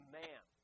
man